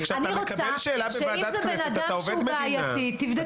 אני רוצה שאם זה אדם שהוא בעייתי תבדקו.